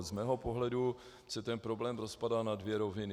Z mého pohledu se ten problém rozpadá na dvě roviny.